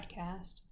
podcast